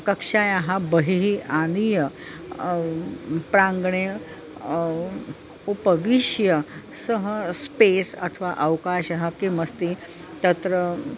कक्षायाः बहिः आनीय प्राङ्गणे उपविश्य सह स्पेस् अथवा अवकाशः किमस्ति तत्र